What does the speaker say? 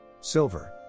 Silver